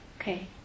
Okay